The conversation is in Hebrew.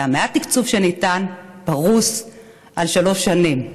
ומעט התקצוב שניתן פרוס על שלוש שנים?